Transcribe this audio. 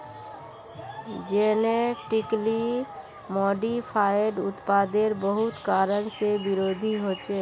genetically modified उत्पादेर बहुत कारण से विरोधो होछे